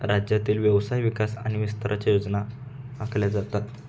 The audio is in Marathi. राज्यातील व्यवसाय विकास आणि विस्ताराच्या योजना आखल्या जातात